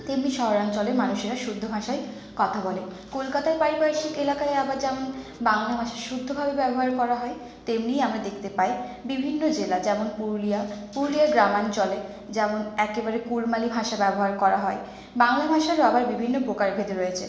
তেমনি শহরাঞ্চলের মানুষেরা শুদ্ধ ভাষায় কথা বলে কলকাতায় পারিপার্শ্বিক এলাকায় আবার যেমন বাংলা ভাষা শুদ্ধ ভাবে ব্যবহার করা হয় তেমনি আমরা দেখতে পাই বিভিন্ন জেলা যেমন পুরুলিয়া পুরুলিয়ার গ্রামাঞ্চলে যেমন একেবারে কুড়মালি ভাষা ব্যবহার করা হয় বাংলা ভাষারও আবার বিভিন্ন প্রকারভেদ রয়েছে